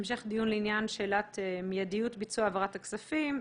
המשך דיון לעניין שאלת מיידיות ביצוע העברת הכספים,